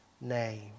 name